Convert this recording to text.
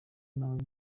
nawe